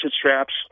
straps